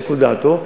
לשיקול דעתו,